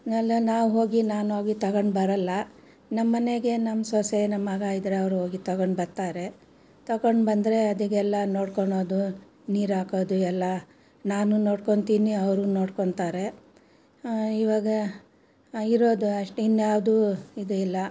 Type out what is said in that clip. ನಲ್ಲ ನಾನು ಹೋಗಿ ನಾನೋಗಿ ತಗೊಂಡು ಬರಲ್ಲ ನಮ್ಮನೆಗೆ ನಮ್ಮ ಸೊಸೆ ನಮ್ಮ ಮಗ ಇದ್ದರೆ ಅವ್ರು ಹೋಗಿ ತಗೊಂಡು ಬರ್ತಾರೆ ತಗೊಂಡು ಬಂದರೆ ಅದೀಗೆಲ್ಲ ನೋಡ್ಕೊಳ್ಳೋದು ನೀರು ಹಾಕೋದು ಎಲ್ಲ ನಾನು ನೋಡ್ಕೊಳ್ತೀನಿ ಅವರು ನೋಡ್ಕೊಳ್ತಾರೆ ಇವಾಗ ಇರೋದು ಅಷ್ಟು ಇನ್ಯಾವುದೂ ಇದಿಲ್ಲ